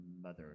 mother